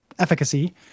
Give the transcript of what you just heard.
efficacy